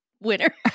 winner